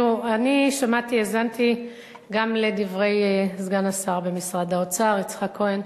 שמעתי והאזנתי גם לדברי סגן השר במשרד האוצר יצחק כהן,